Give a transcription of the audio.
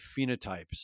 phenotypes